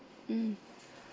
mm